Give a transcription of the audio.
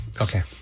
Okay